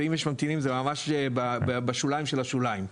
ואם יש ממתינים זה ממש בשוליים של השוליים.